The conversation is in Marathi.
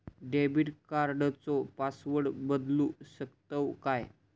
डेबिट कार्डचो पासवर्ड बदलु शकतव काय?